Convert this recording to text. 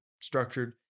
structured